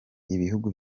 ibihugu